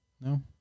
No